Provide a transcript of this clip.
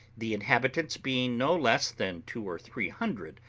the inhabitants being no less than two or three hundred,